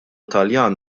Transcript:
taljan